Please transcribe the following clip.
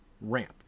ramp